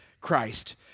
Christ